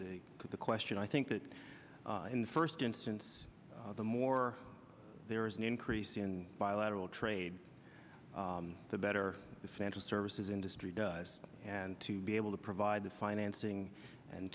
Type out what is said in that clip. for the question i think that in the first instance the more there is an increase in bilateral trade the better the fantasy services industry does and to be able to provide the financing and